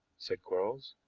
said quarles